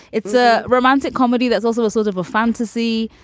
it's a romantic comedy. that's also a sort of a fantasy.